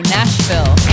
Nashville